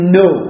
no